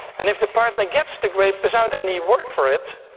and if the partner gets the grape without any work for it,